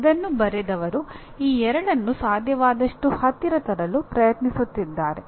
ಇದನ್ನು ಬರೆದವರು ಈ ಎರಡನ್ನು ಸಾಧ್ಯವಾದಷ್ಟು ಹತ್ತಿರ ತರಲು ಪ್ರಯತ್ನಿಸುತ್ತಿದ್ದಾರೆ